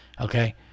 okay